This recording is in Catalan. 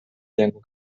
llengua